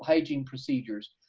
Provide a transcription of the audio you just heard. hygiene procedures.